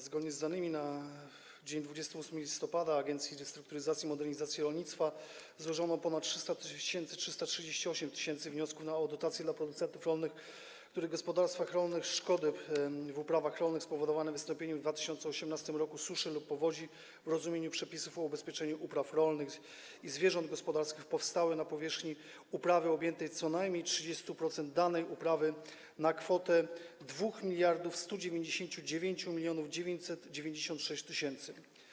Zgodnie z danymi na dzień 28 listopada Agencji Restrukturyzacji i Modernizacji Rolnictwa złożono ponad 300 tys., 338 tys. wniosków o dotacje dla producentów rolnych, w których gospodarstwach rolnych szkody w uprawach rolnych spowodowane wystąpieniem w 2018 r. suszy lub powodzi w rozumieniu przepisów o ubezpieczeniu upraw rolnych i zwierząt gospodarskich powstałe na powierzchni uprawy obejmującej co najmniej 30% danej uprawy na kwotę 2 1999996 tys.